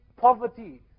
poverty